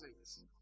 seats